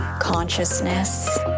consciousness